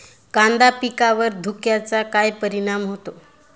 कांदा पिकावर धुक्याचा काय परिणाम होतो?